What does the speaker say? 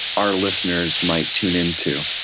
our listeners might tune into,